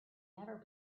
never